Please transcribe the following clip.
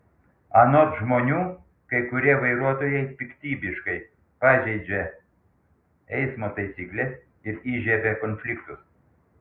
anot žmonių kai kurie vairuotojai piktybiškai pažeidžia eismo taisykles ir įžiebia konfliktus